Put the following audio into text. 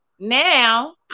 now